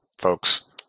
folks